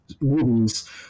movies